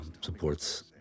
supports